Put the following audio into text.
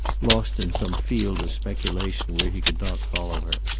lost in some field of speculation where he could not follow her.